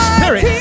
Spirit